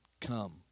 Come